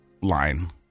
line